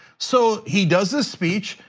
so he does this speech,